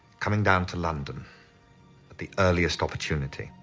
coming down to london at the earliest opportunity.